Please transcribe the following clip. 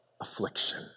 affliction